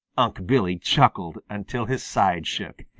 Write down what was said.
unc' billy chuckled until his sides shook.